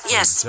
Yes